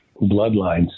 bloodlines